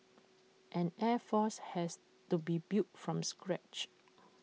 an air force has to be built from scratch